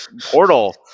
Portal